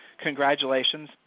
Congratulations